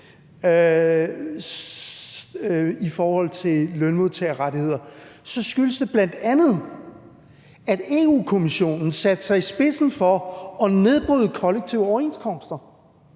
i forhold til lønmodtagerrettigheder, skyldes det bl.a., at Europa-Kommissionen satte sig i spidsen for at nedbryde kollektive overenskomster